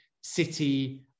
City